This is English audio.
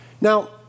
Now